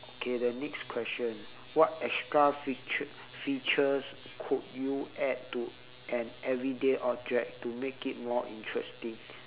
okay the next question what extra feature features could you add to an everyday object to make it more interesting